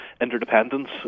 interdependence